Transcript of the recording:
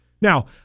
Now